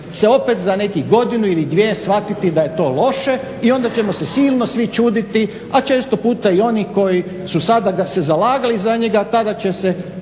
se opet za nekih godinu ili dvije shvatiti da je to loše i onda ćemo se silno svi čuditi, a često puta i oni koji su sada zalagali za njega tada će se